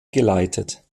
geleitet